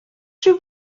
rhyw